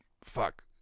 fuck